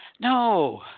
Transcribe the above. No